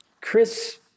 Chris